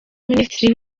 minisitiri